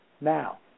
Now